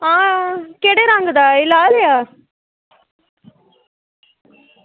केह्ड़े रंग दा एह् लाल जेहा